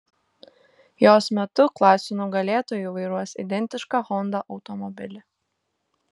jos metu klasių nugalėtojai vairuos identišką honda automobilį